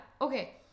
okay